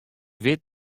wit